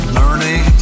learning